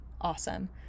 awesome